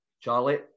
Charlie